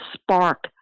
spark